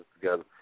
together